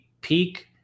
peak